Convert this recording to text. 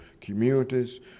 communities